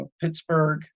Pittsburgh